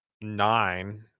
nine